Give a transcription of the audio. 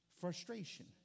Frustration